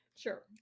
Sure